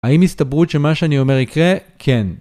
האם הסתברות שמה שאני אומר יקרה? כן.